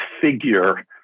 figure